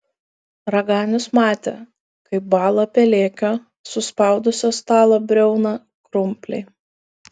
raganius matė kaip bąla pelėkio suspaudusio stalo briauną krumpliai